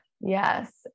Yes